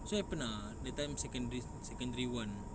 so happen ah that time secondary secondary one